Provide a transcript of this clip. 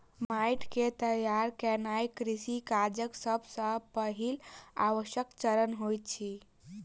माइट के तैयार केनाई कृषि काजक सब सॅ पहिल आवश्यक चरण होइत अछि